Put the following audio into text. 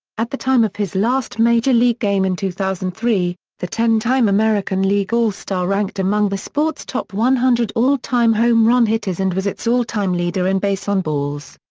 at the time of his last major league game in two thousand and three, the ten-time american league all-star ranked among the sport's top one hundred all-time home run hitters and was its all-time leader in base on balls.